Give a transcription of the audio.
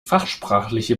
fachsprachliche